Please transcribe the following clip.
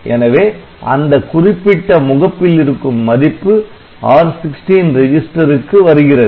எனவே அந்த குறிப்பிட்ட முகப்பில் இருக்கும் மதிப்பு R16 ரெஜிஸ்டருக்கு வருகிறது